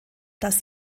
dass